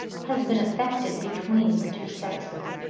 has been effected between the two sexes.